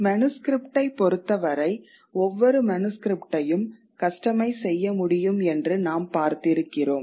மனுஸ்க்ரிப்ட்டைப் பொறுத்தவரை ஒவ்வொரு மனுஸ்க்ரிப்ட்டையும் கஸ்டமைஸ் செய்ய முடியும் என்று நாம் பார்த்திருக்கிறோம்